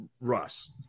Russ